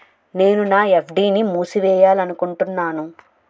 నేను నా ఎఫ్.డి ని మూసివేయాలనుకుంటున్నాను